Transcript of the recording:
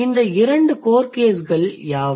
இந்த இரண்டு core caseகள் யாவை